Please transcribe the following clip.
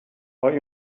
های